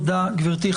תודה, גברתי.